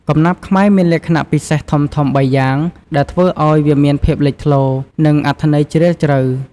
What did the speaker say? កំណាព្យខ្មែរមានលក្ខណៈពិសេសធំៗបីយ៉ាងដែលធ្វើឱ្យវាមានភាពលេចធ្លោ និងអត្ថន័យជ្រាលជ្រៅ។